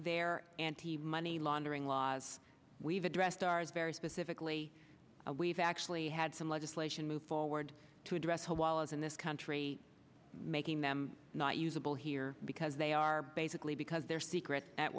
their money laundering laws we've addressed ours very specifically we've actually had some legislation move forward to address while as in this country making them not usable here because they are basically because they're secret at